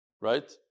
right